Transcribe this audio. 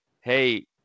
hey